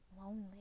lonely